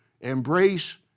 embrace